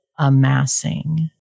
Amassing